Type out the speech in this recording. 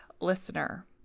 listener